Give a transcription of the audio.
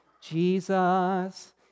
Jesus